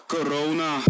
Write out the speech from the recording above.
Corona